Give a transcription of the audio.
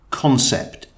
concept